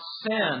sin